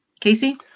Casey